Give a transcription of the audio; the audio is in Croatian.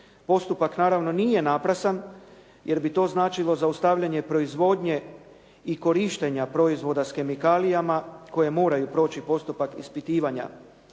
Postupak naravno nije naprasan jer to bi značilo zaustavljanje proizvodnje i korištenja proizvoda s kemikalijama koje moraju proći postupak ispitivanja,